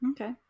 okay